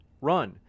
run